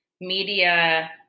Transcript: media